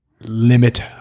limit